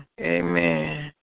Amen